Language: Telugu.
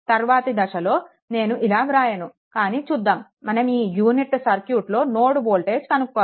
తరువాతి దశలో నేను ఇలా వ్రాయను కానీ చూద్దాము మనం ఈ యూనిట్ సర్క్యూట్లో నోడ్ వోల్టేజ్ కనుక్కోవాలి